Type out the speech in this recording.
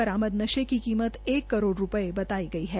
बरामद नशे की कीमत एक करोड़ बताई गई है